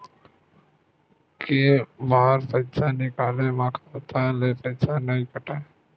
के बार पईसा निकले मा खाता ले पईसा नई काटे?